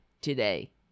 today